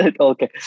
Okay